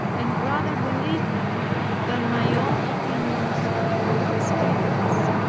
and rather believe them than my own opinions or experience.